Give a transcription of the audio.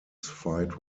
fight